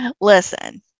listen